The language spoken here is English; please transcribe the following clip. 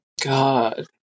God